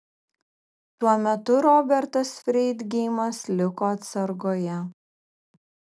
tuo metu robertas freidgeimas liko atsargoje